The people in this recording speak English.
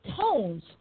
tones